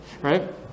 right